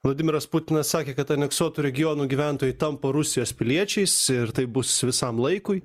vladimiras putinas sakė kad aneksuotų regionų gyventojai tampa rusijos piliečiais ir taip bus visam laikui